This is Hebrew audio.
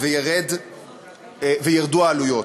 וירדו העלויות.